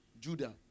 Judah